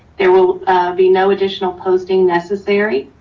there will be no additional posting necessary.